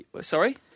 Sorry